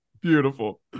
Beautiful